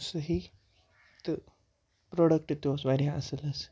صحیح تہٕ پرٛوڈَکٹ تہِ اوس واریاہ اَصٕل حظ